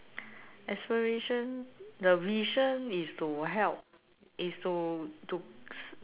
aspiration the reason is to help is to to